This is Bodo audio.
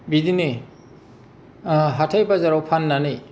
बिदिनो हाथाय बाजाराव फान्नानै